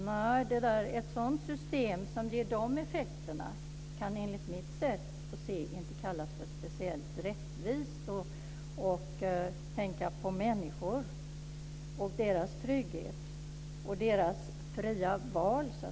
Nej, ett system som ger de effekterna kan enligt mitt sätt att se inte kallas för speciellt rättvist. Där finns ingen tanke på människors trygghet och deras fria val.